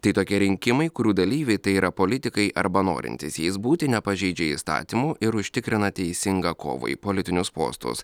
tai tokie rinkimai kurių dalyviai tai yra politikai arba norintys jais būti nepažeidžia įstatymų ir užtikrina teisingą kovą į politinius postus